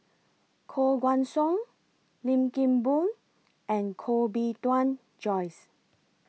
Koh Guan Song Lim Kim Boon and Koh Bee Tuan Joyce